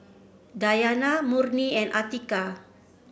Dayana Murni and Atiqah